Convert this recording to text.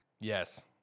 yes